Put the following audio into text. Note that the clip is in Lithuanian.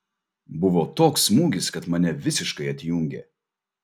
buvo toks smūgis kad mane visiškai atjungė